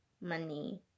money